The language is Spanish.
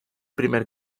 primer